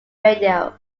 radio